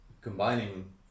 combining